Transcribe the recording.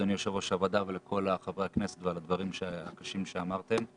אדוני יושב-ראש הוועדה ולכל חברי הכנסת על הדברים הקשים שאמרתם,